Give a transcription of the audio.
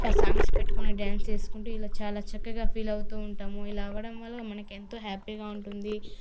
ఇంకా సాంగ్స్ పెట్టుకొని డ్యాన్స్ చేసుకుంటూ ఇలా చాలా చక్కగా ఫీల్ అవుతూ ఉంటాము ఇలా అవ్వడం వల్ల మనకు ఎంతో హ్యాపీగా ఉంటుంది